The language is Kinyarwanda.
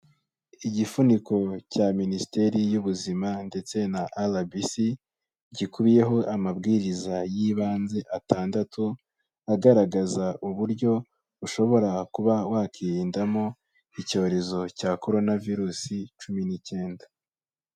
Igifuniko cya Minisiteri y'Ubuzima ndetse na RBC, gikubiyeho amabwiriza y'ibanze atandatu, agaragaza uburyo ushobora kuba wakirindamo icyorezo cya Korona virusi cumi n'icyenda.